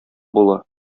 була